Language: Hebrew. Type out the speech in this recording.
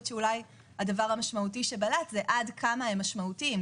הדבר המשמעותי שבלט הוא עד כמה הם משמעותיים,